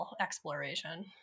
exploration